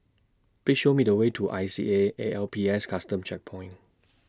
Please Show Me The Way to I C A A L P S Custom Checkpoint